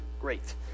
Great